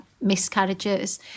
miscarriages